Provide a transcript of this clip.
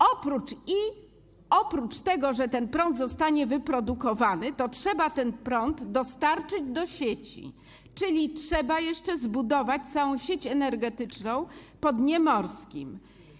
Oprócz tego, że ten prąd zostanie wyprodukowany, to trzeba ten prąd dostarczyć do sieci, czyli trzeba jeszcze zbudować całą sieć energetyczną po dnie morskim.